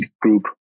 group